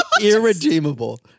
irredeemable